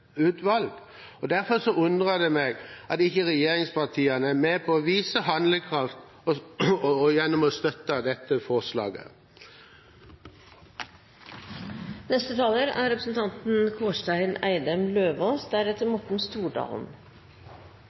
og derfor undrer det meg at regjeringspartiene ikke er med på å vise handlekraft gjennom å støtte dette forslaget.